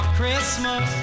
Christmas